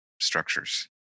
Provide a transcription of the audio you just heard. structures